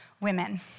women